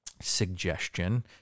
suggestion